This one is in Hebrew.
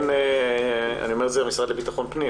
אני אומר למשרד לביטחון פנים